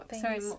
sorry